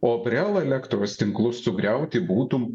o brela elektros tinklus sugriauti būtų